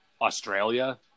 Australia